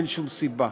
אין שום סיבה.